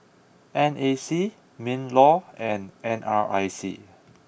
N A C Minlaw and N R I C